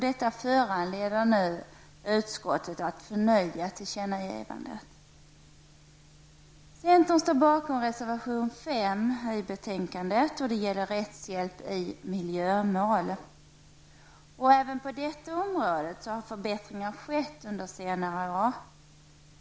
Detta föranleder nu utskottet att förnya tillkännagivandet. Centern står bakom reservation 5 i betänkandet. Den gäller rättshjälp i miljömål. Även på detta område har förbättringar skett under senare år.